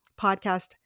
podcast